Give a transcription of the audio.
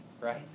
right